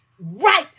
right